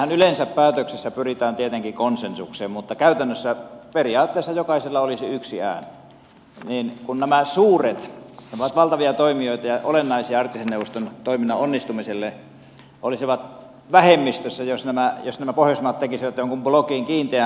siellähän yleensä päätöksissä pyritään tietenkin konsensukseen mutta käytännössä periaatteessa jokaisella olisi yksi ääni niin että nämä suuret ne ovat valtavia toimijoita ja olennaisia arktisen neuvoston toiminnan onnistumiselle olisivat vähemmistössä jos nämä pohjoismaat tekisivät jonkun blokin kiinteän blokin